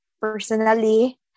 personally